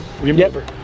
Remember